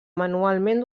manualment